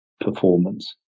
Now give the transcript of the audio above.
performance